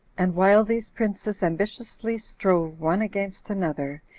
and while these princes ambitiously strove one against another,